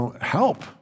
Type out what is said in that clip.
help